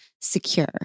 secure